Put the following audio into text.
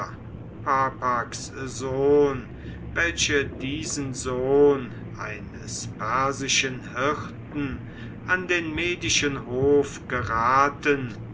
sohn welche diesen sohn eines persischen hirten an den medischen hof geraten